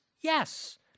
Yes